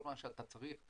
כל מה שאתה צריך הוא